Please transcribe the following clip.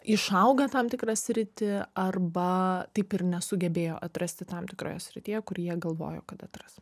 išauga tam tikrą sritį arba taip ir nesugebėjo atrasti tam tikroje srityje kur jie galvojo kad atras